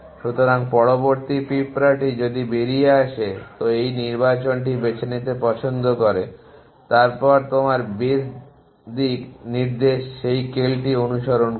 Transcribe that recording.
সুতরাং পরবর্তী পিঁপড়াটি যেটি বেরিয়ে আসে তা এই নির্বাচনটি বেছে নিতে পছন্দ করে তারপর তোমার বেস দিক নির্দেশে এবং সেই কেলটি অনুসরণ করো